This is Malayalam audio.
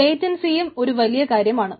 ലേറ്റൻസിയും ഒരു വലിയ കാര്യമാണ്